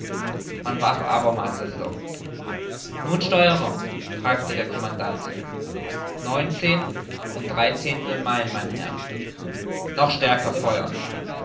man warf abermals das log nun steuerer fragte der commandant neunzehn und dreizehntel meilen mein herr noch stärker feuern